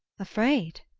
afraid?